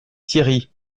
thierry